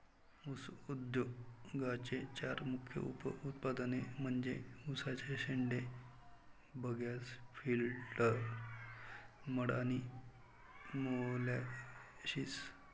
ऊस उद्योगाचे चार मुख्य उप उत्पादने म्हणजे उसाचे शेंडे, बगॅस, फिल्टर मड आणि मोलॅसिस